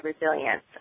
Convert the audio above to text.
resilience